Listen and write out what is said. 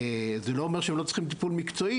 זה לא אומר שהם לא צריכים טיפול מקצועי,